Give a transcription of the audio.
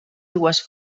dues